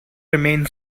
remain